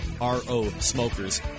R-O-Smokers